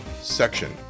section